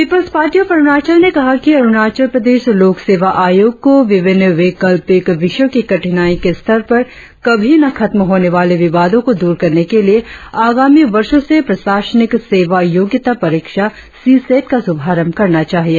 people's Party of Arunachal ने कहा कि अरुणाचल प्रदेश लोक सेवा आयोग को विभिन्न वैकल्पिक विषयों के कठिनाई के स्तर पर कभी न खत्म होने वाले विवादों को द्रर करने के लिए आगामी वर्षों से प्रशासनिक सेवा योग्यता परीक्षा सीसेट का शुभारंभ करना चाहिए